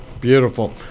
Beautiful